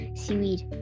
seaweed